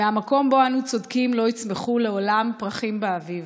"מן המקום שבו אנו צודקים / לא יצמחו לעולם / פרחים באביב.